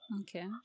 Okay